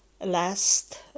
last